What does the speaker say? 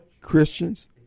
Christians